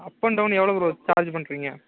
up and down எவ்வளோ bro charge பண்ணுறீங்க